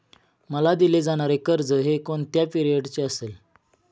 मला दिले जाणारे कर्ज हे कोणत्या पिरियडचे असेल?